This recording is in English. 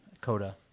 coda